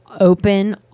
open